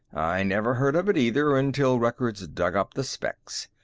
i never heard of it either until records dug up the specs.